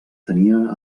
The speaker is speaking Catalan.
tenia